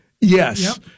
yes